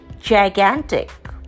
gigantic